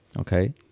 Okay